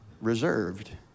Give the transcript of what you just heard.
reserved